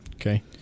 Okay